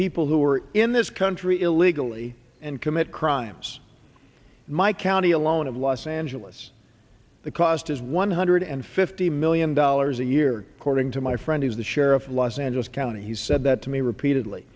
people who are in this country illegally and commit crimes in my county alone of los angeles the cost is one hundred and fifty million dollars a year according to my friend is the sheriff of los angeles county he said that to me repeatedly